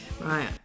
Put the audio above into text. Right